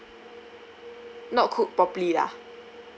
not cooked properly lah